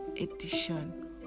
edition